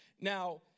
now